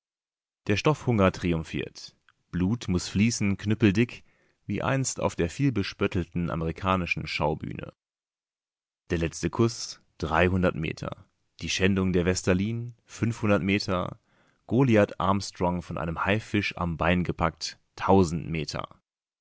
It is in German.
der stoffhunger triumphiert blut muß fließen knüppeldick wie einst auf der vielbespöttelten amerikanischen schaubühne der letzte kuß dreihundert meter die schändung der west meter goliath armstrong von einem haifisch am bein gepackt tausend meter